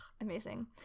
Amazing